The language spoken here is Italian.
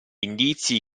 indizi